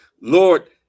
Lord